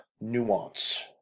nuance